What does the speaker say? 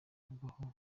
avugwaho